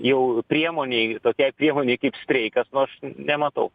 jau priemonei tokiai priemonei kaip streikas nu aš nematau